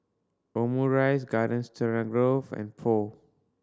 Omurice Garden Stroganoff and Pho